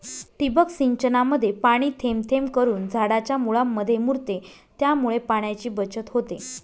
ठिबक सिंचनामध्ये पाणी थेंब थेंब करून झाडाच्या मुळांमध्ये मुरते, त्यामुळे पाण्याची बचत होते